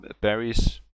Berries